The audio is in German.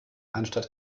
anstatt